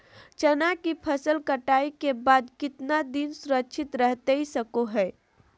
चना की फसल कटाई के बाद कितना दिन सुरक्षित रहतई सको हय?